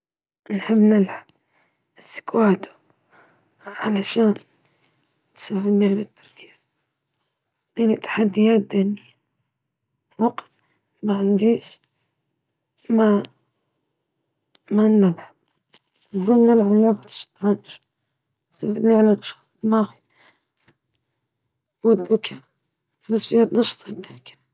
أحب لعب الكوتشينة مع الأصدقاء، لأنها تجمع بين المرح والتحدي في نفس الوقت.